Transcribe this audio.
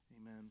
Amen